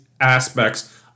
aspects